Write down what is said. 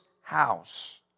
house